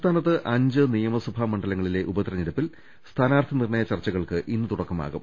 സംസ്ഥാനത്ത് അഞ്ച് നിയമസഭാ മണ്ഡലങ്ങളിലെ ഉപതിരഞ്ഞെടുപ്പിൽ സ്ഥാനാർഥി നിർണയ ചർച്ചകൾക്ക് ഇന്ന് തുടക്കമാകും